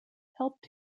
helped